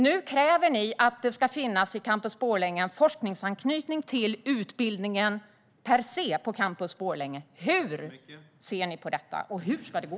Nu kräver ni att det vid Campus Borlänge ska finnas en forskningsanknytning till utbildningen per se. Hur ser ni på detta? Hur ska det gå?